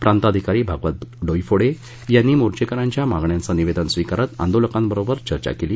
प्रांताधिकारी भागवत डोईफोडे यांनी मोर्चॅकऱ्यांच्या मागण्यांचं निवेदन स्वीकारत आंदोलकांबरोबर चर्चा केली